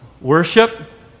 Worship